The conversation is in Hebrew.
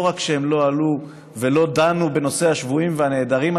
לא רק שהם לא עלו ולא דנו בנושא השבויים והנעדרים,